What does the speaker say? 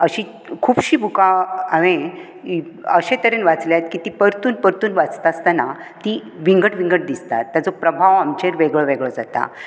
अशी खुबशी बुकां हांवें अशें तरेन वाचल्यात की ती परतून परतून वाचता आसतना ती विंगड विंगड दिसतात ताचो प्रभाव आमचेर वेगळ्या वेगळ्या तरेन जाता